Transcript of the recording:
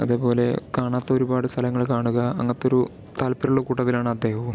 അതുപോലെ കാണാത്ത ഒരുപാട് സ്ഥലങ്ങൾ കാണുക അങ്ങനത്തെ ഒരു താൽപര്യമുള്ള കൂട്ടത്തിലാണ് അദ്ദേഹവും